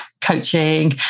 coaching